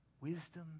wisdom